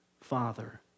Father